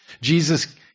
Jesus